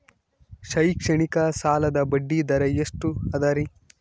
ಶೈಕ್ಷಣಿಕ ಸಾಲದ ಬಡ್ಡಿ ದರ ಎಷ್ಟು ಅದರಿ?